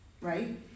right